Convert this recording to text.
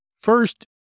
First